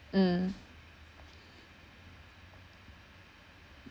mm